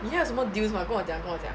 你还有什么 deals mah 跟我讲跟我讲